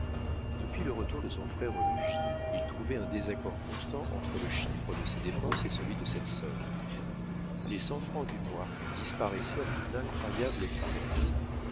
depuis le retour de son frère au logis il trouvait un désaccord constant entre le chiffre de ses dépenses et celui de cette somme les cent francs du mois disparaissaient avec une incroyable vitesse